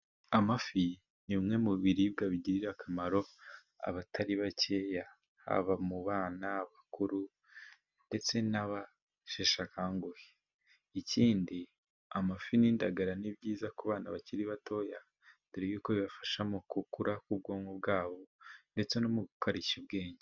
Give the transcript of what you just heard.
Amafi ni bimwe mu biribwa bigirira akamaro abatari bakeya haba mu bana, abakuru ndetse n'abasheshakanguhe. Ikindi amafi n'indagara ni byiza ku bana bakiri batoya dore yuko bibafasha mu gukura k'ubwonko bwabo ndetse no mugukarishya ubwenge.